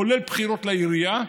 כולל בחירות לעירייה,